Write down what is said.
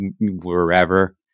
wherever